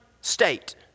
state